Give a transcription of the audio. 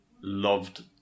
loved